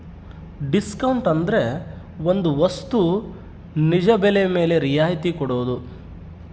discount ಅಂದ್ರೆ ಒಂದ್ ವಸ್ತು ನಿಜ ಬೆಲೆ ಮೇಲೆ ರಿಯಾಯತಿ ಕೊಡೋದು